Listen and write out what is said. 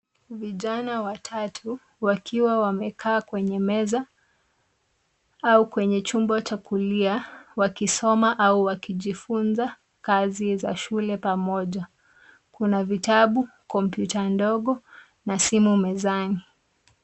Vijana watatu wakiwa wamekaa kwenye meza au kwenye chumba cha kulia, wakisoma au wakijifunza kazi za shule pamoja. Kuna vitabu, kompyuta ndogo na simu mezani.